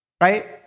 right